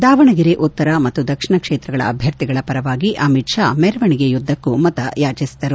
ದಾವಣಗೆರೆ ಉತ್ತರ ಮತ್ತು ದಕ್ಷಿಣ ಕ್ಷೇತ್ರಗಳ ಅಭ್ಯರ್ಥಿಗಳ ಪರವಾಗಿ ಅಮಿತ್ ಶಾ ಮೆರವಣಿಗೆ ಉದ್ದಕ್ಕೂ ಮತಯಾಚಿಸಿದರು